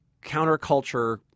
counterculture